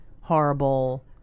horrible